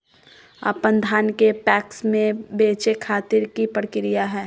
अपन धान के पैक्स मैं बेचे खातिर की प्रक्रिया हय?